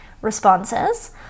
responses